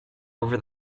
over